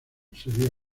sería